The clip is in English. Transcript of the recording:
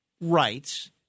rights